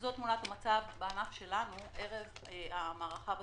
זו תמונת המצב בענף שלנו ערב המערכה בדרום.